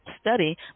study